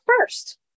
first